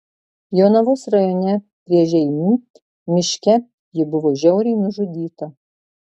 jonavos rajone prie žeimių miške ji buvo žiauriai nužudyta